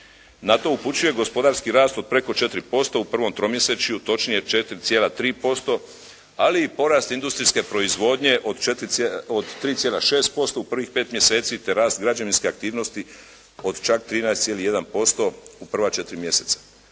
Na to upućuje gospodarski rast od preko 4% u prvom tromjesečju, točnije 4,3% ali i porast industrijske proizvodnje od 306% u prvih pet mjeseci te rast građevinske aktivnosti od čak 13,1% u prva četiri mjeseca.